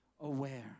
aware